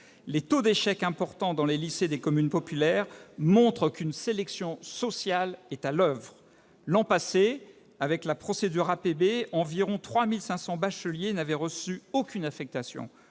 Les taux d'échec importants dans les lycées des communes populaires montrent qu'une sélection sociale est à l'oeuvre. L'an passé, avec la procédure APB, environ 3 500 bacheliers n'avaient reçu aucune affectation.